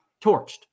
Torched